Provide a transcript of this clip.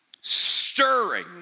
stirring